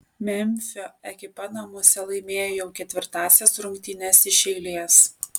memfio ekipa namuose laimėjo jau ketvirtąsias rungtynes iš eilės